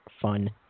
fun